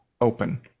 open